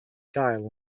gael